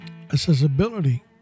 accessibility